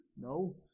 No